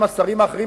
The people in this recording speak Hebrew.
עם השרים האחרים,